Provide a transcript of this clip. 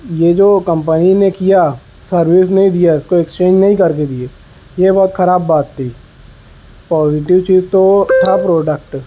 یہ جو کمپنی نے کیا سروس نہیں دیا اس کو ایکسچینج نہیں کر کے دیے یہ بہت خراب بات تھی پازیٹو چیز تو تھا پروڈکٹ